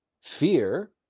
Fear